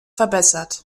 verbessert